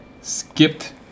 skipped